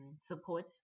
support